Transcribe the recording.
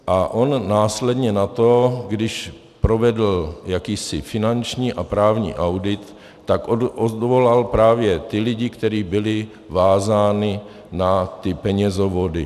A on následně nato, když provedl jakýsi finanční a právní audit, tak odvolal právě ty lidi, kteří byli vázáni na ty penězovody.